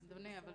אדוני, שוב,